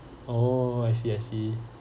oh I see I see